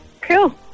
Cool